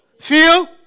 feel